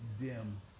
dim